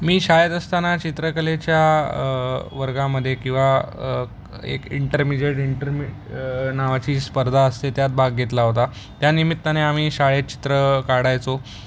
मी शाळेत असताना चित्रकलेच्या वर्गामदे किंवा एक इंटरमिजियट इंटरमी नावाची स्पर्धा असते त्यात भाग घेतला होता त्यानिमित्ताने आम्ही शाळेत चित्र काढायचो